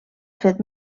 fet